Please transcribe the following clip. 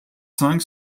cinq